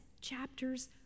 chapters